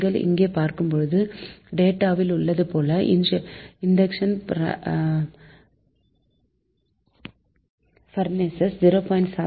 நீங்கள் இங்கே பார்க்கும் டேட்டாவில் உள்ளது போல இண்டக்ஷன் பர்னெஸ் 0